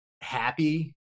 happy